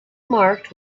marked